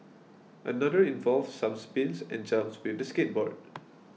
another involved some spins and jumps with the skateboard